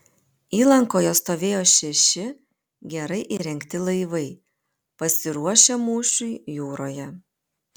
įlankoje stovėjo šeši gerai įrengti laivai pasiruošę mūšiui jūroje